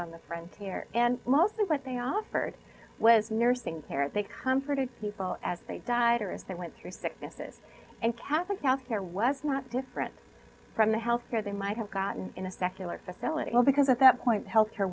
on the frontier and most of what they offered was nursing care they comforted people as they died or as they went through sicknesses and catholic health care was not different from the health care they might have gotten in a secular facility because at that point health care